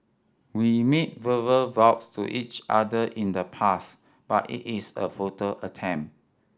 we made verbal vows to each other in the past but it is a futile attempt